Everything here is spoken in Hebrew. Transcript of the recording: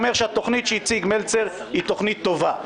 אומר שהתכנית שהציג מלצר היא תכנית טובה.